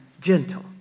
gentle